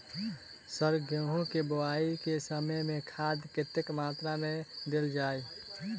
Sir गेंहूँ केँ बोवाई केँ समय केँ खाद कतेक मात्रा मे देल जाएँ?